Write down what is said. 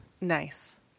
Nice